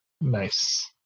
Nice